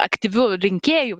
aktyviu rinkėju